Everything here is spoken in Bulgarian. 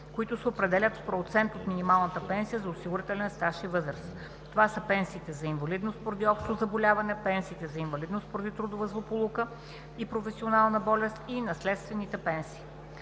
които се определят в процент от минималната пенсия за осигурителен стаж и възраст. Това са пенсиите за инвалидност поради общо заболяване, пенсиите за инвалидност поради трудова злополука и професионална болест и наследствените пенсии.